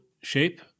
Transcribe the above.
shape